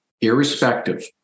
irrespective